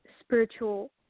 spiritual